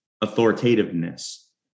authoritativeness